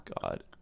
God